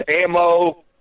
ammo